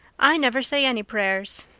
i never say any prayers,